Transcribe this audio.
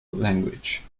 language